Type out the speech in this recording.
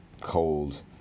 cold